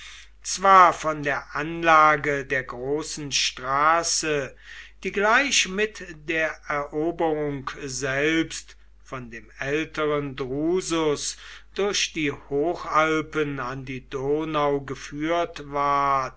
zwar von der anlage der großen straße die gleich mit der eroberung selbst von dem älteren drusus durch die hochalpen an die donau geführt ward